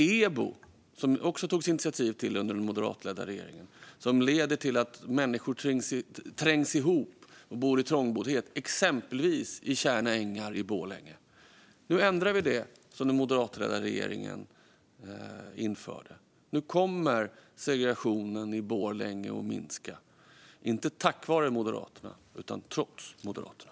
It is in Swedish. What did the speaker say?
Under den moderatledda regeringen togs också initiativ till EBO, som leder till att människor trängs ihop och lever i trångboddhet - exempelvis i Tjärna ängar i Borlänge. Nu ändrar vi det som den moderatledda regeringen införde. Nu kommer segregationen i Borlänge att minska, inte tack vare Moderaterna utan trots Moderaterna.